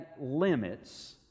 limits